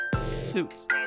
Suits